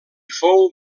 fou